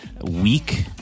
week